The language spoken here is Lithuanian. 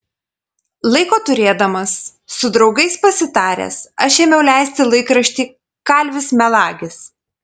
laiko turėdamas su draugais pasitaręs aš ėmiau leisti laikraštį kalvis melagis